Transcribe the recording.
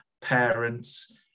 parents